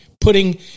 putting